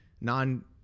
non